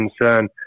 concern